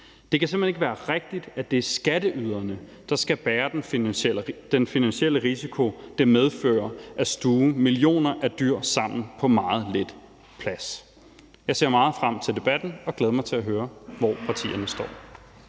Det kan simpelt hen ikke være rigtigt, at det er skatteyderne, der skal bære den finansielle risiko, der medfører at stuve millioner af dyr sammen på meget lidt plads. Jeg ser meget frem til debatten, og jeg glæder mig til at høre, hvor partierne står.